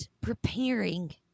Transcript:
preparing